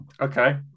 Okay